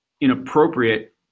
inappropriate